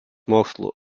mokslų